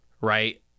right